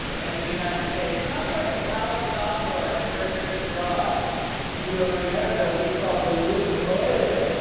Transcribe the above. and the united states. trump's like a college sophomore on and his first trip abroad. you know, in america, we call the loo a toilet.